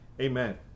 amen